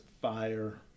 fire